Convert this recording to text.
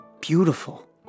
beautiful